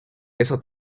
esa